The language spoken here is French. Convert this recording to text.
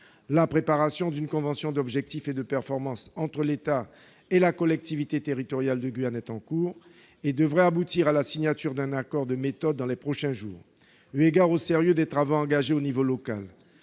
La préparation d'une convention d'objectifs de performance entre l'État et la collectivité territoriale de Guyane est en cours et devrait aboutir à la signature d'un accord de méthode dans les prochains jours. Eu égard au sérieux des travaux engagés à l'échelon local,